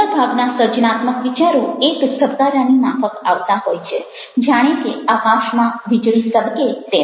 મોટાભાગના સર્જનાત્મક વિચારો એક ઝબકારાની માફક આવતા હોય છે જાણે કે આકાશમાં વીજળી ઝબકે તેમ